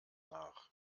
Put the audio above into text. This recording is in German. nach